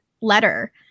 letter